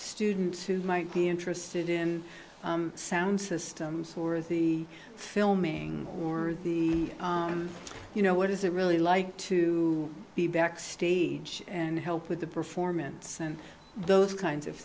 students who might be interested in sound systems for the filming or you know what is it really like to be backstage and help with the performance and those kinds of